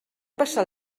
passar